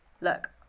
look